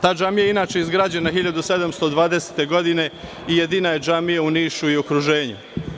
Ta džamija je inače izgrađena 1720. godine i jedina je džamija u Nišu i u okruženju.